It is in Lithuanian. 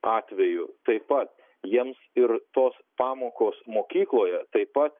atveju taip pat jiems ir tos pamokos mokykloje taip pat